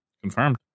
confirmed